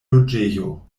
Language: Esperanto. loĝejo